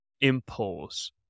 impulse